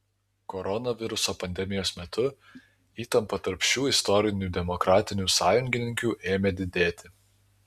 koronaviruso pandemijos metu įtampa tarp šių istorinių demokratinių sąjungininkių ėmė didėti